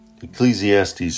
Ecclesiastes